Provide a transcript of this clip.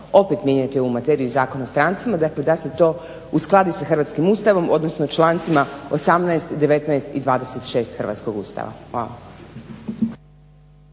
opet mijenjati ovu materiju i Zakon o strancima. Dakle, da se to uskladi sa hrvatskim Ustavom, odnosno člancima 18., 19. i 26. hrvatskog Ustava.